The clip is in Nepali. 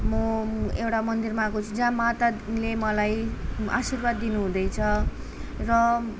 म एउता मन्दिरमा आएको छु जहाँ माताले मलाई आशीर्वाद दिनुहुँदैछ र